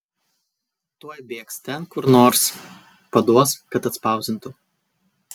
tuoj bėgs ten kur nors paduos kad atspausdintų